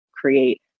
Create